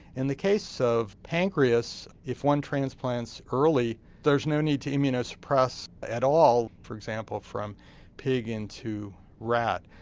in the case of pancreas, if one transplants early there's no need to immunosuppress at all for example from pig into rat.